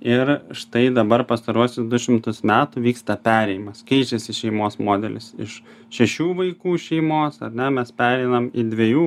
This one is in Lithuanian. ir štai dabar pastaruosius du šimtus metų vyksta perėjimas keičiasi šeimos modelis iš šešių vaikų šeimos ne mes pereinam į dviejų